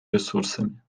ресурсами